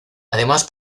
además